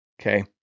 Okay